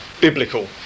biblical